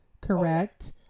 correct